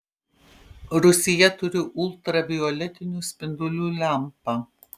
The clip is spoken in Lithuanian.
rūsyje turiu ultravioletinių spindulių lempą